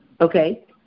Okay